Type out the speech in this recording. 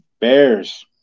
Bears